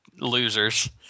losers